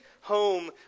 home